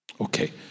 Okay